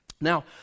Now